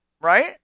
right